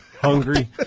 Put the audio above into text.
hungry